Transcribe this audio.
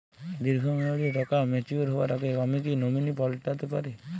দীর্ঘ মেয়াদি টাকা ম্যাচিউর হবার আগে আমি কি নমিনি পাল্টা তে পারি?